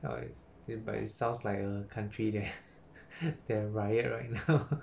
now it but it sounds like a country that has that ha riot right now